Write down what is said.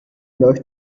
läuft